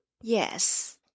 Yes